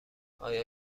آیا